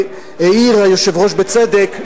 והעיר היושב-ראש בצדק,